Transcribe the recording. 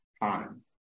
time